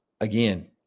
again